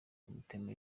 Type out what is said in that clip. bamutema